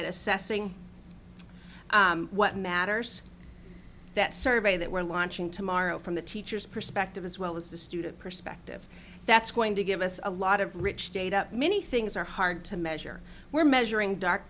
at assessing what matters that survey that we're launching tomorrow from the teacher's perspective as well as the student perspective that's going to give us a lot of rich data many things are hard to measure we're measuring dark